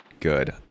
good